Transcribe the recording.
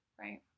right